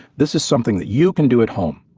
this is something that you can do at home.